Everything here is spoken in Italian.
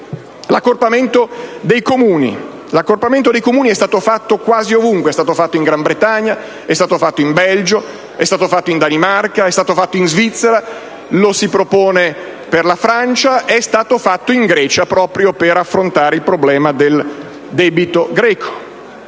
L'accorpamento dei Comuni è stato fatto quasi ovunque: in Gran Bretagna, in Belgio, in Danimarca, in Svizzera; lo si propone per la Francia ed è stato realizzato in Grecia per affrontare il problema del debito greco.